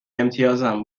امتیازم